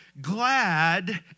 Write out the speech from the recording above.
glad